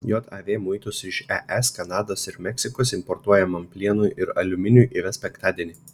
jav muitus iš es kanados ir meksikos importuojamam plienui ir aliuminiui įves penktadienį